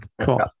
Cool